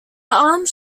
arms